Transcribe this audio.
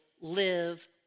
live